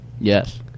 Yes